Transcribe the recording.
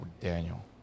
daniel